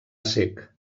cec